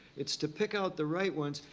it's to pick out the right ones,